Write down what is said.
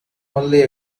only